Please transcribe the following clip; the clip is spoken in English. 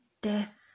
death